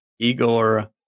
Igor